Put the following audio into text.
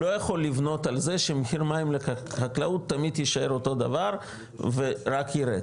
לא יכול לבנות על זה שמחיר מים לחקלאות תמיד יישאר אותו דבר ורק ירד,